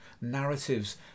narratives